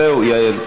זהו, יעל.